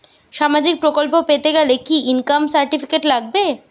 সামাজীক প্রকল্প পেতে গেলে কি ইনকাম সার্টিফিকেট লাগবে?